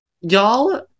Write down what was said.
y'all